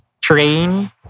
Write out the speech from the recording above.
train